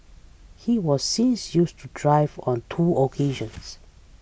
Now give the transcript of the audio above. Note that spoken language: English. he was since used to drive on two occasions